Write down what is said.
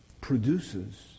produces